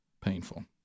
painful